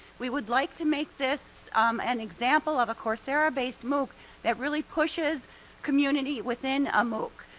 we would like to make this an example of a coursera-based mooc that really pushes community within a mooc.